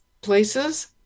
places